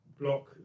Block